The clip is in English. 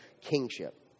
kingship